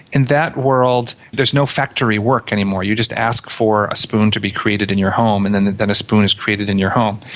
in that world there is no factory work anymore, you just ask for a spoon to be created in your home and then then a spoon is created in your home.